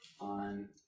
on